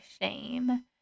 shame